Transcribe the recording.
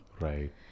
Right